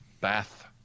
bath